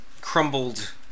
crumbled